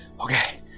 Okay